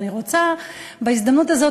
אני רוצה בהזדמנות הזאת,